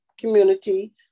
community